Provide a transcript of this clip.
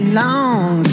long